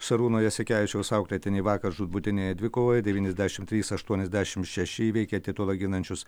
šarūno jasikevičiaus auklėtiniai vakar žūtbūtinėje dvikovoje devyniasdešim trys aštuoniasdešim šeši įveikė titulą ginančius